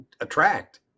attract